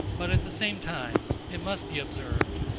but at the same time, it must be observed,